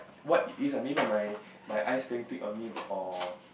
what it is ah maybe my my eyes playing tricks on me or